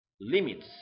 limits